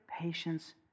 patience